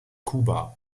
kuba